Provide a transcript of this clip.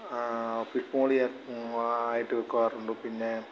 ഫിഷ്മോളിയെ ആയിട്ട് വെക്കാറുണ്ട് പിന്നെ